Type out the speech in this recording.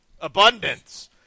Abundance